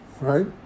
right